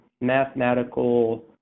mathematical